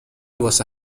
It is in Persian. واسه